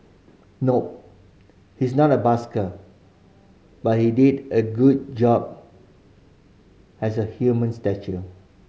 nope he's not a busker but he did a good job as a human statue